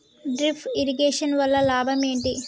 Drip irrigation వల్ల లాభం ఏంటి?